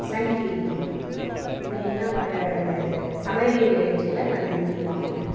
Sun TV இதுலலாம் வர அந்த சமையல் நிகழ்ச்சிகளை நான் விரும்பி பார்ப்பேன்